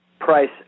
price